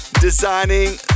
designing